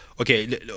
okay